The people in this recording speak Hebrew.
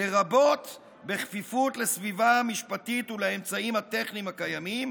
לרבות בכפיפות לסביבה המשפטית ולאמצעים הטכניים הקיימים,